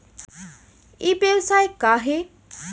ई व्यवसाय का हे?